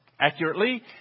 accurately